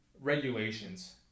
regulations